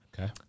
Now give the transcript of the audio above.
Okay